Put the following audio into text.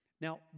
Now